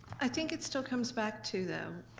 i think it still comes back to, though,